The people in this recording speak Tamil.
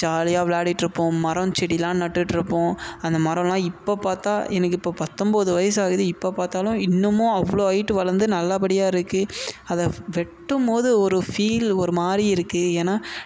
ஜாலியாக விளாடிட்டுருப்போம் மரம் செடிலாம் நட்டுக்கிட்டுருப்போம் அந்த மரல்லாம் இப்போ பார்த்தா எனக்கு இப்போ பத்தொம்போது வயது ஆகுது இப்போ பார்த்தாலும் இன்னுமும் அவ்வளோ ஹைட்டு வளர்ந்து நல்லபடியாக இருக்குது அதை ஃப் வெட்டும் போது ஒரு ஃபீல் ஒரு மாதிரி இருக்குது ஏன்னா நாங்கள்